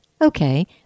okay